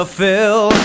fill